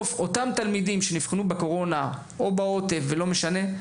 בסוף אותם תלמידים שנבחנו בקורונה או בעוטף ולא משנה,